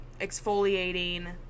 exfoliating